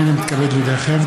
הינני מתכבד להודיעכם,